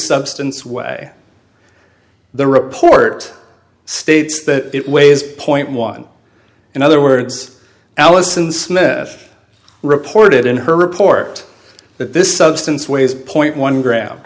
substance way the report states that it weighs point one in other words alison smith reported in her report that this substance weighs point one gra